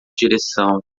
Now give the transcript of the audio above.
direção